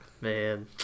man